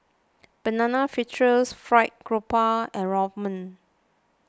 Banana Fritters Fried Grouper and Rawon